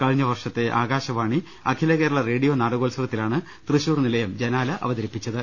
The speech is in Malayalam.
കഴിഞ്ഞ വർഷത്തെ ആകാശവാണി അഖിലകേരള റേഡിയോ നാടകോത്സവത്തിലാണ് തൃശൂർ നിലയം ജനാല അവതരിപ്പിച്ചത്